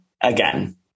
again